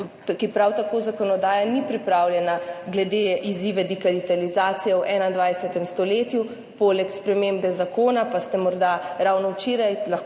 kjer prav tako zakonodaja ni pripravljena na izzive digitalizacije v 21. stoletju. Poleg spremembe zakona pa ste morda ravno včeraj lahko